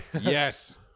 Yes